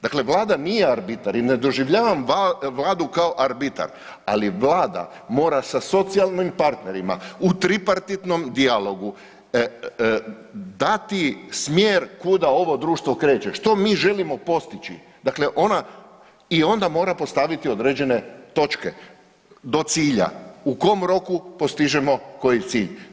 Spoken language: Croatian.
Dakle, Vlada nije arbitar i ne doživljavam Vladu kao arbitar, ali Vlada mora sa socijalnim partnerima u tripartitnom dijalogu dati smjeru kuda ovo društvo kreće, što mi želimo postići, dakle ona i onda mora postaviti određene točke do cilja u kom roku postižemo koji cilj.